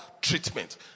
treatment